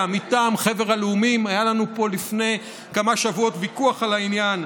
מטעם חבר הלאומים" היה לנו פה לפני כמה שבועות ויכוח על העניין,